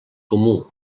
comú